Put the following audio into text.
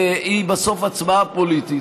היא בסוף הצבעה פוליטית.